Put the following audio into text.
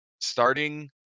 Starting